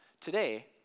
Today